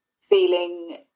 feeling